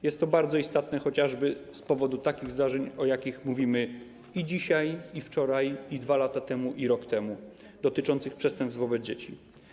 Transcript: Jest to bardzo istotne chociażby z powodu takich zdarzeń, o jakich mówiliśmy i dzisiaj, i wczoraj, i 2 lata temu, i rok temu, dotyczących przestępstw wobec dzieci.